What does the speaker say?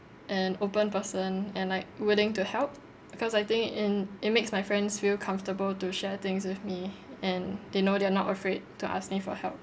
an open person and like willing to help because I think in it makes my friends feel comfortable to share things with me and they know they're not afraid to ask me for help